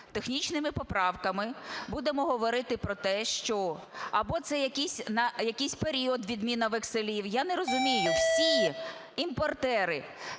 технічними поправками будемо говорити про те, що або це на якійсь період відміна векселів. Я не розумію, всі імпортери